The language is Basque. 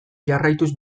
jarraituz